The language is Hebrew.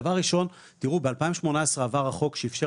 דבר ראשון ב- 2018 עבר החוק שאפשר